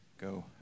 go